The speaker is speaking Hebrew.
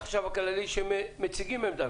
מהחשב הכללי שמציגים עמדה.